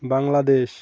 Bangladesh